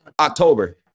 October